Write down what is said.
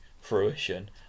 fruition